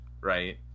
right